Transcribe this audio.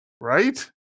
right